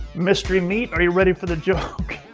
mystery meat, are you ready for the joke?